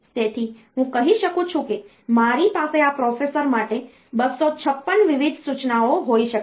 તેથી હું કહી શકું છું કે મારી પાસે આ પ્રોસેસર માટે 256 વિવિધ સૂચનાઓ હોઈ શકે છે